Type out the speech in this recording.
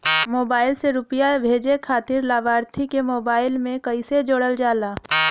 Mobile से रूपया भेजे खातिर लाभार्थी के मोबाइल मे कईसे जोड़ल जाला?